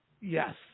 Yes